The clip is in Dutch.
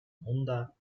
honda